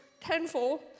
tenfold